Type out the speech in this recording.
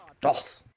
Doth